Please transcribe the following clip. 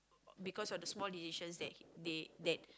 because of the small decisions that they that